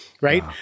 right